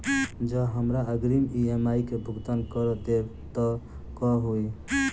जँ हमरा अग्रिम ई.एम.आई केँ भुगतान करऽ देब तऽ कऽ होइ?